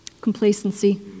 Complacency